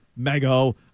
Mego